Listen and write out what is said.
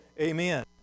Amen